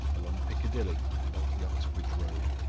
along piccadilly, and up the uxbridge road.